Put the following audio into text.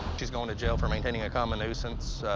she's going to jail for maintaining a common nuisance,